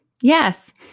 Yes